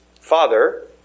Father